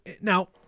now